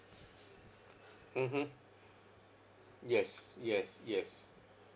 mmhmm yes yes yes